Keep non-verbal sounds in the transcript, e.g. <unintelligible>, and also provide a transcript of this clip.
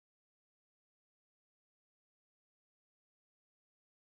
<unintelligible>